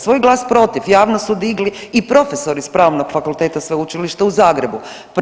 Svoj glas protiv javno su digli i profesori s Pravnog fakulteta Sveučilišta u Zagrebu.